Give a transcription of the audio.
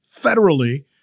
federally